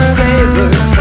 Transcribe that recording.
favors